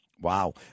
Wow